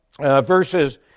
verses